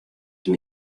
been